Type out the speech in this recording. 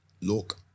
look